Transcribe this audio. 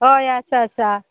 हय आसा आसा